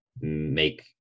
make